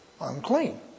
unclean